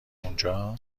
اونجا